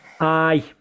Aye